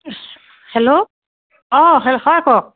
hello অঁ হয় কওক